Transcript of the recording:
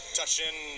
touching